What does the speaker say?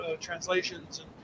translations